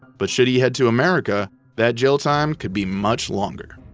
but should he head to america, that jail time could be much longer.